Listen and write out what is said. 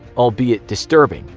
albeit disturbing,